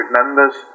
members